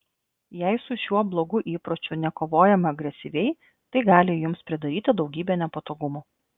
jei su šiuo blogu įpročiu nekovojama agresyviai tai gali jums pridaryti daugybę nepatogumų